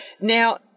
Now –